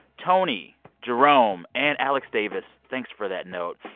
tony, jerome and alex davis thanks for that note.